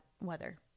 weather